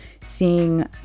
seeing